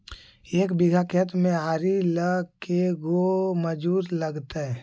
एक बिघा खेत में आरि ल के गो मजुर लगतै?